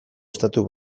estatu